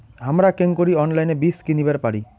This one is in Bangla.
হামরা কেঙকরি অনলাইনে বীজ কিনিবার পারি?